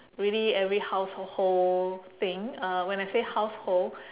really every household thing uh when I say household